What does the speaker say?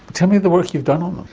tell me the work you've done on them.